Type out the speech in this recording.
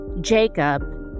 Jacob